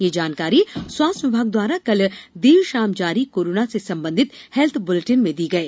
यह जानकारी स्वास्थ्य विभाग द्वारा शुक्रवार देर शाम जारी कोरोना से संबंधित हेल्थ बुलेटिन में दी गई